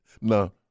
No